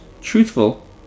truthful